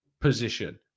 position